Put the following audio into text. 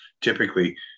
typically